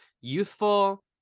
youthful